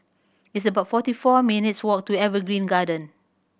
it's about forty four minutes' walk to Evergreen Garden